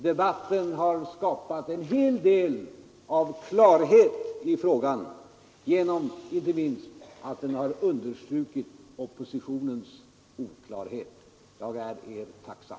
Den har skapat en hel del av klarhet i frågan, inte minst därigenom att den har understrukit oppositionens oklarhet. Jag är er tacksam!